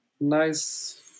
nice